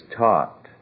taught